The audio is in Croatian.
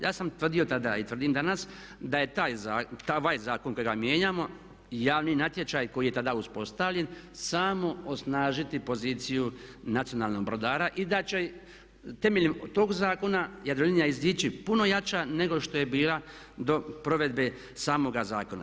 Ja sam tvrdio tada i tvrdim danas da je taj zakon kojega mijenjamo i javni natječaj koji je tada uspostavljen samo osnažiti poziciju nacionalnog brodara i da će temeljem tog zakona Jadrolinija izići puno jača nego što je bila do provedbe samog zakona.